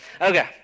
Okay